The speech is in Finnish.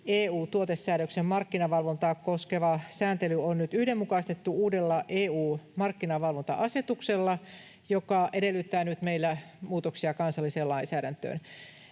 EU-tuotesäädöksen markkinavalvontaa koskeva sääntely on nyt yhdenmukaistettu uudella EU-markkinavalvonta-asetuksella, joka edellyttää nyt meillä muutoksia kansalliseen lainsäädäntöön.